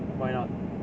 why not